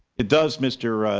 it does, mr.